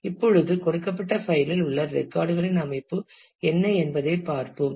இப்பொழுது கொடுக்கப்பட்ட பைல்களில் இல் உள்ள ரெக்கார்ட்களின் அமைப்பு என்ன என்பதை பார்ப்போம்